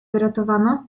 wyratowano